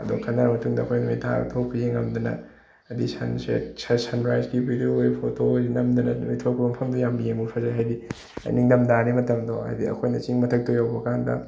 ꯑꯗꯨ ꯈꯟꯅꯔꯕ ꯃꯇꯨꯡꯗ ꯑꯩꯈꯣꯏꯅ ꯅꯨꯃꯤꯠ ꯌꯦꯡꯉꯝꯗꯅ ꯍꯥꯏꯗꯤ ꯁꯟꯁꯦꯠ ꯁꯟ ꯔꯥꯏꯁꯀꯤ ꯕꯤꯗꯤꯌꯣ ꯑꯣꯏ ꯐꯣꯇꯣ ꯑꯣꯏ ꯅꯝꯗꯅ ꯅꯨꯃꯤꯠ ꯊꯣꯛꯄ ꯃꯐꯝꯗꯨ ꯌꯥꯝ ꯌꯦꯡꯕ ꯐꯖꯩ ꯍꯥꯏꯗꯤ ꯅꯤꯡꯊꯝ ꯊꯥꯅꯤ ꯃꯇꯝꯗꯣ ꯍꯥꯏꯗꯤ ꯑꯩꯈꯣꯏꯅ ꯆꯤꯡ ꯃꯊꯛꯇ ꯌꯧꯕ ꯀꯥꯟꯗ